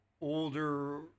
older